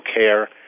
care